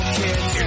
kids